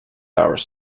years